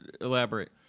elaborate